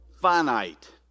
finite